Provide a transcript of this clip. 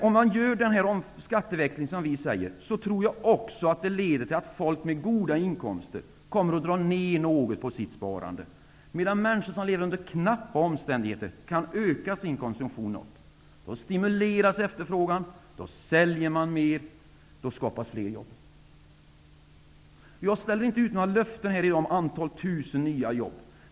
Om man genomför den skatteväxling som vi föreslår, tror jag att det också leder till att folk med goda inkomster kommer att dra ned något på sitt sparande, medan människor som lever under knappa omständigheter kan öka sin konsumtion något. Då stimuleras efterfrågan, då säljer man mer och då skapas fler jobb. Jag ställer inte ut några löften här i dag om ett antal tusen nya jobb.